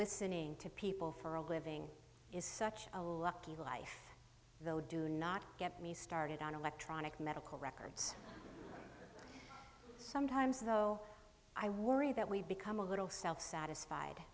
listening to people for a living is such a lucky life though do not get me started on electronic medical records sometimes though i worry that we've become a little self satisfied